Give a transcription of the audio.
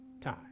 time